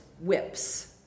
whips